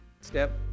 step